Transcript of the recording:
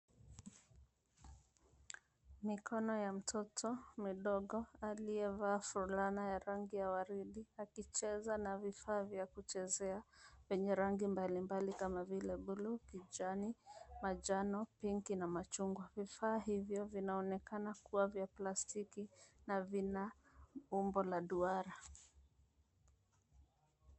Mikono ya mtoto mdogo aliye vaa fulana ya rangi ya waridi akicheza na vifaa vya kuchezea vyenye rangi mbalimbali kama vile bluu, kijani, manjano, pinki[cz] na machungwa. Vifaa hivyo vinaonekana kuwa vya plastiki na vina umbo la duara.